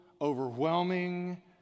overwhelming